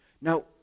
Now